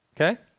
Okay